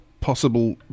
possible